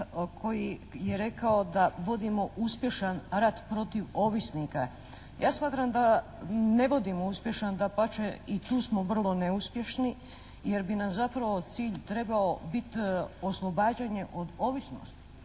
koji je rekao da vodimo uspješan rat protiv ovisnika, ja smatram da ne vodimo uspješan. Dapače, i tu smo vrlo neuspješni jer bi nam zapravo cilj trebao biti oslobađanje od ovisnosti.